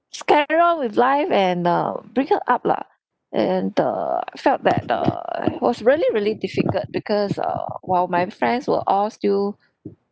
just carry on with life and err bring her up lah and err I felt that err it was really really difficult because err while my friends were all still